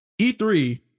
E3